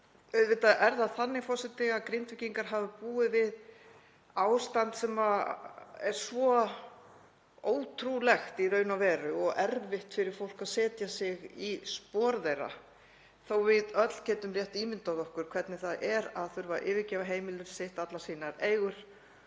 auðvitað er það þannig, forseti, að Grindvíkingar hafa búið við ástand sem er svo ótrúlegt í raun og veru og erfitt fyrir fólk að setja sig í spor þeirra þó að við getum öll rétt ímyndað okkur hvernig það er að þurfa að yfirgefa heimili sitt, allar sínar eigur,